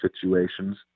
situations